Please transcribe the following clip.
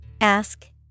Ask